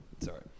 Sorry